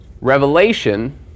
revelation